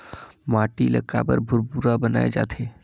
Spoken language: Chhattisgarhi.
माटी ला काबर भुरभुरा बनाय जाथे?